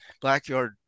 blackyard